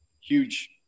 huge